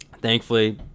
Thankfully